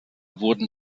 wurden